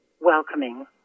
welcoming